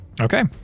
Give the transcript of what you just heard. Okay